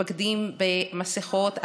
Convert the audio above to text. מתמקדים במסכות,